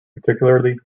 particularly